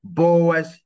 boas